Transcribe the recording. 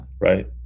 right